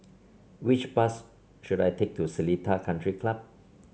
which bus should I take to Seletar Country Club